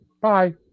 bye